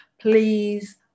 please